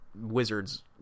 wizards